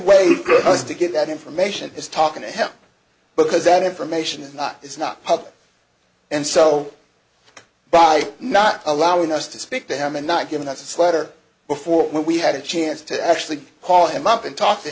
way to get that information is talking to him but because that information is not it's not public and so by not allowing us to speak to him and not giving us a slighter before we had a chance to actually call him up and talk to